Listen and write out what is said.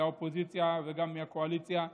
באופוזיציה וגם מהקואליציה: